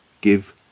give